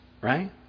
right